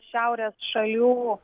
šiaurės šalių